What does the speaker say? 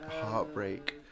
heartbreak